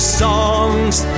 songs